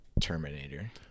terminator